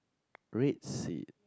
red seat